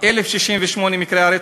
זו שאלה.